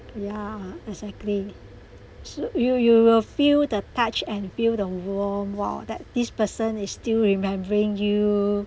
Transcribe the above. yeah exactly so you you will feel the touch and feel the warmth !wah! that this person is still remembering you